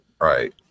Right